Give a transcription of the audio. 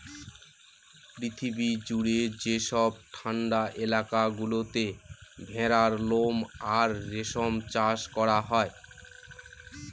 পৃথিবী জুড়ে যেসব ঠান্ডা এলাকা গুলোতে ভেড়ার লোম আর রেশম চাষ করা হয়